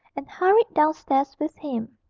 and hurried downstairs with him.